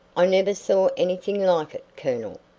i never saw anything like it, colonel.